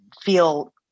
feel